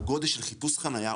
או גודש של חיפוש חנייה,